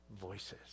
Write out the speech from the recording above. voices